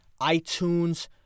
iTunes